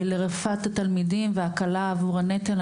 לרווחת התלמידים והקלה עבור הנטל.